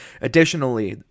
Additionally